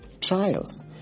trials